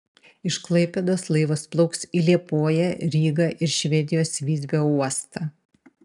iš klaipėdos laivas plauks į liepoją rygą ir švedijos visbio uostą